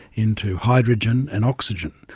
into hydrogen and oxygen,